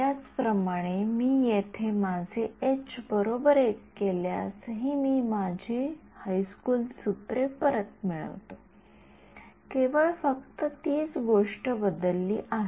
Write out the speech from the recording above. त्याचप्रमाणे मी येथे माझे एच बरोबर १ केल्यास मी माझी हायस्कूल सूत्रे परत मिळवितो केवळ फक्त तीच गोष्ट बदलली आहे